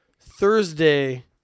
Thursday